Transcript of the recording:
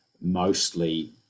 mostly